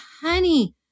honey